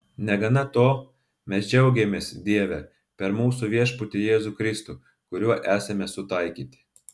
negana to mes džiaugiamės dieve per mūsų viešpatį jėzų kristų kuriuo esame sutaikyti